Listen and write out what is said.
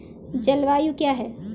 जलवायु क्या है?